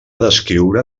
descriure